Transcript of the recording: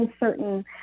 uncertain